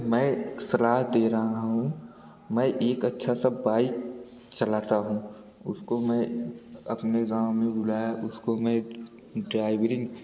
मैं सलाह दे रहा हूँ मैं एक अच्छा सा बाइक चलाता हूँ उसको मैं अपने गाँव में बुलाया उसको मैं ड्राइविंग